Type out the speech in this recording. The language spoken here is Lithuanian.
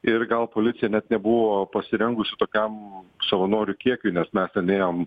ir gal policija net nebuvo pasirengusi tokiam savanorių kiekiui nes mes ten ėjom